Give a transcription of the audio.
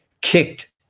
kicked